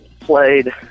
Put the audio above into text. Played